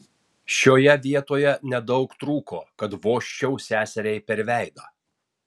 šioje vietoje nedaug trūko kad vožčiau seseriai per veidą